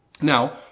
now